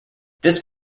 this